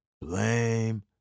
blame